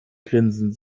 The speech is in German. grinsen